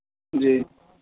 जी